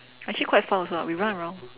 actually quite fun also [what] we run around